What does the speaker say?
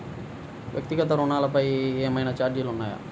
వ్యక్తిగత ఋణాలపై ఏవైనా ఛార్జీలు ఉన్నాయా?